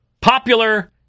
Popular